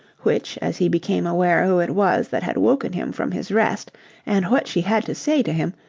which, as he became aware who it was that had woken him from his rest and what she had to say to him,